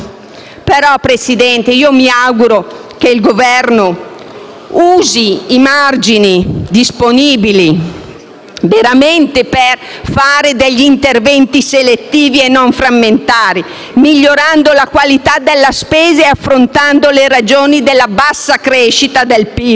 Signor Presidente, mi auguro che il Governo usi i margini disponibili per fare veramente interventi selettivi e non frammentari, migliorando la qualità della spesa e affrontando le ragioni della bassa crescita del PIL potenziale